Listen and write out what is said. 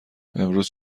امروز